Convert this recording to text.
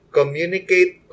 Communicate